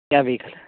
ಯಾವ ವೆಯ್ಕಲ್